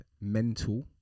mental